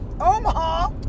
Omaha